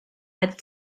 held